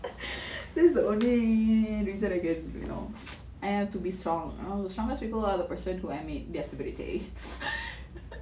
that's the only reason I can you know I have to be strong the strongest people are the person who admits their stupidity